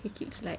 he keeps like